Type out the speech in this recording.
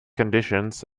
conditions